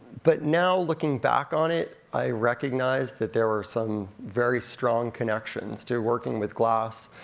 but now looking back on it, i recognize that there were some very strong connections to working with glass,